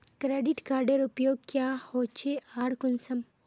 Credit कार्डेर उपयोग क्याँ होचे आर कुंसम?